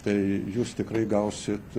tai jūs tikrai gausit